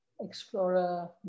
Explorer